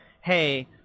hey